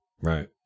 Right